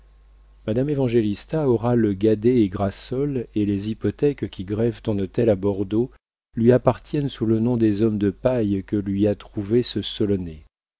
madame évangélista aura le guadet et grassol et les hypothèques qui grèvent ton hôtel à bordeaux lui appartiennent sous le nom des hommes de paille que lui a trouvés ce